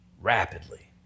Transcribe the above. Rapidly